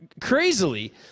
crazily